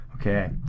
Okay